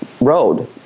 road